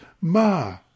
Ma